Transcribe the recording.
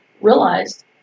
realized